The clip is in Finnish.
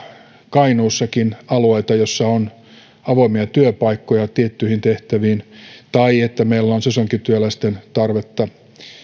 kainuussakin alueita joissa on avoimia työpaikkoja tiettyihin tehtäviin tai että meillä on sesonkityöläisten tarvetta